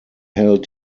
held